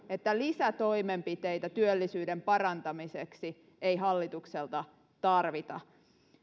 että lisätoimenpiteitä työllisyyden parantamiseksi ei hallitukselta tarvita